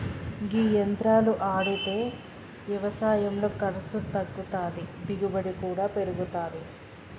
గీ యంత్రాలు ఆడితే యవసాయంలో ఖర్సు తగ్గుతాది, దిగుబడి కూడా పెరుగుతాది